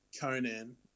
Conan